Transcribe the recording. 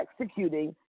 executing